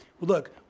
look